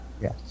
Yes